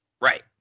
Right